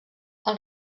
els